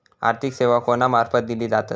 आर्थिक सेवा कोणा मार्फत दिले जातत?